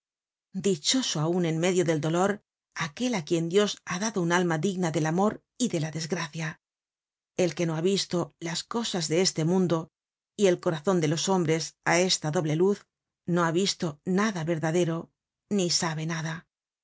dichoso aunen medio del dolor aquel á quien dios ha dado una alma digna del amor y de la desgracia el que no ha visto las cosas de este mundo y el corazon de los hombres á esta doble luz no ha visto nada verdadero ni sabe nada